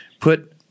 Put